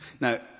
Now